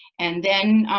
and then